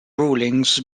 rulings